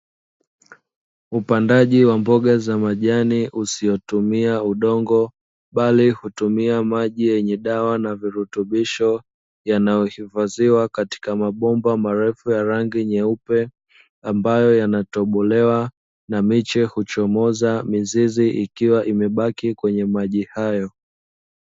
Upandaji wa mboga za majani usiotumia udongo bali hutumia maji yenye dawa na virutubisho yanayo hifadhiwa katika mabomba marefu ya rangi nyeupe, ambayo yanatobolewa na miche huchomoza mizizi ikiwa imebaki kwenye maji hayo.